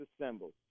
assembled